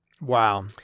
Wow